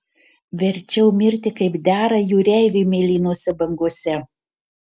verčiau mirti kaip dera jūreiviui mėlynose bangose